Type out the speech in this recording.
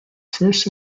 first